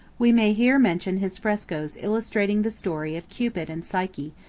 we may here mention his frescos illustrating the story of cupid and psyche,